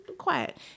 quiet